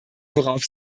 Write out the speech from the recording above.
worauf